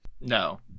No